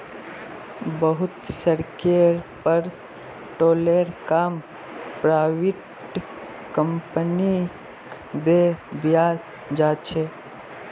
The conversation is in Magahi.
बहुत सड़केर पर टोलेर काम पराइविट कंपनिक दे दियाल जा छे